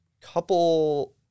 couple –